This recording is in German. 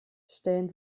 stellen